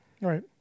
right